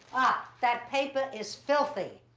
ah, that paper is filthy.